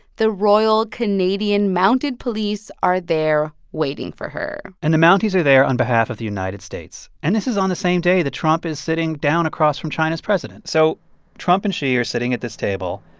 the royal canadian mounted police are there waiting for her and the mounties are there on behalf of the united states. and this is on the same day that trump is sitting down across from china's president so trump and xi are sitting at this table.